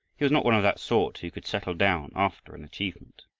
he was not one of that sort who could settle down after an achievement,